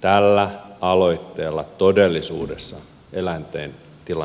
tällä aloitteella todellisuudessa eläinten tilanne paranisi